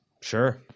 sure